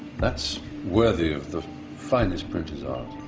that's worthy of the finest printer's art.